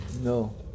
No